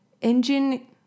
engine